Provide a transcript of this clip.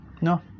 No